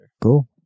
Cool